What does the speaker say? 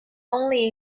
only